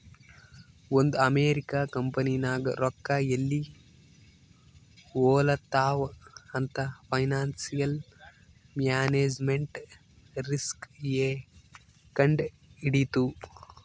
ಒಂದ್ ಅಮೆರಿಕಾ ಕಂಪನಿನಾಗ್ ರೊಕ್ಕಾ ಎಲ್ಲಿ ಹೊಲಾತ್ತಾವ್ ಅಂತ್ ಫೈನಾನ್ಸಿಯಲ್ ಮ್ಯಾನೇಜ್ಮೆಂಟ್ ರಿಸ್ಕ್ ಎ ಕಂಡ್ ಹಿಡಿತ್ತು